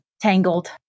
tangled